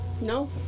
no